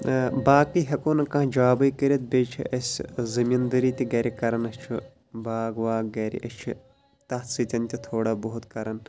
باقٕے ہٮ۪کَو نہٕ کانٛہہ جابٕے کٔرِتھ بیٚیہِ چھِ اَسہِ زٔمیٖندٲری تہِ گَرِ کَران اَسہِ چھُ باغ واغ گَرِ أسۍ چھِ تَتھ سۭتۍ تہِ تھوڑا بہت کَران